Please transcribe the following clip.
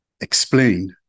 explain